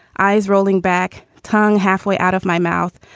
eyes rolling back, tongue halfway out of my mouth,